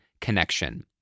Connection